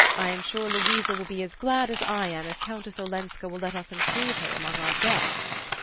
i am sure louisa will be as glad as i am if countess olenska will let us include her among our guests.